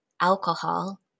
alcohol